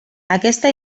aquesta